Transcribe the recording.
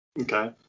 okay